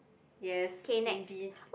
yes indeed